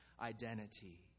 identity